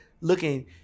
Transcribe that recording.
looking